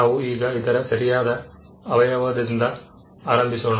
ನಾವು ಈಗ ಇದರ ಸರಿಯಾದ ಆವಯವದಿಂದ ಆರಂಭಿಸೋಣ